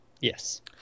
Yes